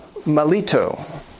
Malito